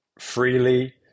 freely